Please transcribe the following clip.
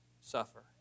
suffer